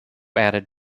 added